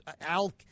Al